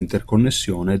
interconnessione